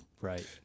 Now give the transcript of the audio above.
Right